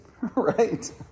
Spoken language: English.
right